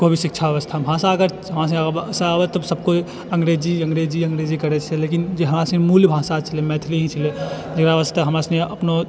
कोइ भी शिक्षा व्यवस्थामे भाषा अगर बाजऽ आब तऽ सब किओ अङ्गरेजी अङ्गरेजी अङ्गरेजी करै छै लेकिन जे हमरा सबके मूल भाषा छलै मैथिली ही छलै जकरा वास्ते हमरा सबके अपनो